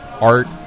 art